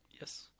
Yes